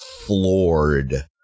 floored